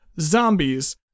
zombies